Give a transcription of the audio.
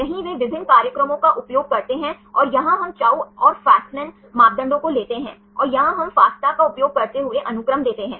सही A1x plus B1y plus C1z plus D1 के बराबर 0 तो A1 B1 C1 और D1 आप इस निर्धारक का उपयोग करके गणना कर सकते हैं